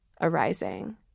arising